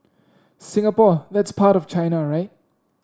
Singapore that's part of China right